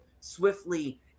swiftly